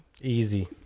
Easy